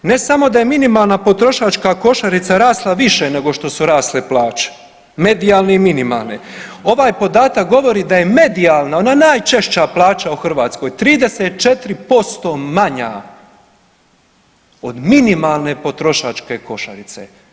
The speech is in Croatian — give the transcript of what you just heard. Ne samo da je minimalna potrošačka košarica rasla više nego što su rasle plaće, medijalne i minimalne, ovaj podatak govori da je medijalna, ona najčešća plaća u Hrvatskoj, 34% manja od minimalne potrošačke košarice.